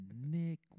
Nick